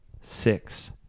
six